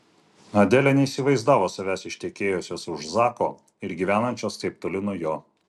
adelė neįsivaizdavo savęs ištekėjusios už zako ir gyvenančios taip toli nuo jo